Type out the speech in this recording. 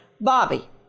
Bobby